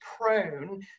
prone